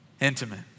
Intimate